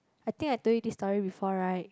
I think I told you this story before right